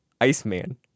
Iceman